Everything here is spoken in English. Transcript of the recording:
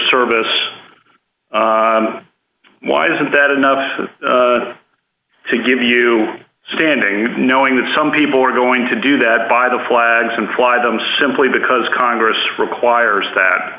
service why isn't that enough to give you standing knowing that some people are going to do that by the flags and fly them simply because congress requires that